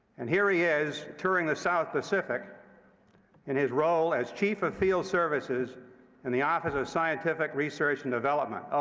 and here he is touring the south pacific in his role as chief of field services in the office of scientific research and development,